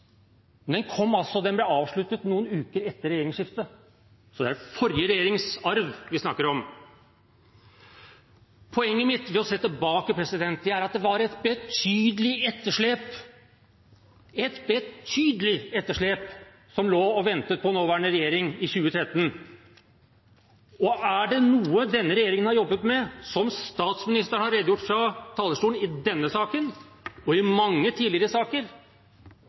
den ble avsluttet noen uker etter regjeringsskiftet, så det er forrige regjerings arv vi snakker om. Poenget mitt med å se tilbake er at det var et betydelig etterslep – et betydelig etterslep – som lå og ventet på nåværende regjering i 2013. Og er det noe denne regjeringen har jobbet med, som statsministeren har redegjort for fra talerstolen i denne saken, og i mange tidligere saker,